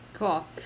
Cool